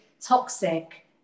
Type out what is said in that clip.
toxic